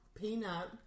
Peanut